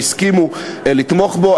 והסכימו לתמוך בו.